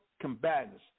combatants